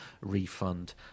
refund